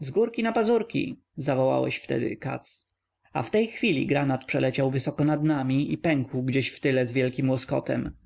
z górki na pazurki zawołałeś wtedy katz a w tej chwili granat przeleciał wysoko nad nami i pękł gdzieś wtyle z wielkim łoskotem